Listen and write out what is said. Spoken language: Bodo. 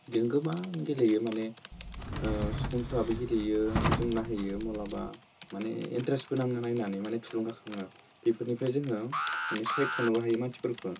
इदिनो गोबां गेलेयो माने सुबुंफ्राबो गेलेयो जों नाहैयो माब्लाबा माने इन्ट्रेस्टबो नाङो नायनानै माने थुलुंगाखाङो बेफोरनिफ्राय जोङो माने सायख'नोबो हायो मानसिफोरखो